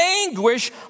anguish